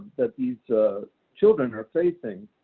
that these children are facing.